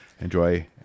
Enjoy